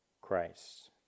Christ